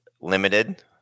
limited